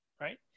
Right